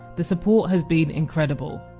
the support has been incredible